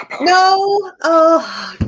No